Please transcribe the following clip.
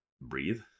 breathe